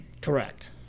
Correct